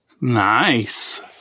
nice